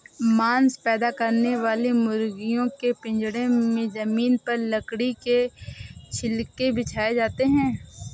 मांस पैदा करने वाली मुर्गियों के पिजड़े में जमीन पर लकड़ी के छिलके बिछाए जाते है